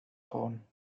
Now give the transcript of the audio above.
frauen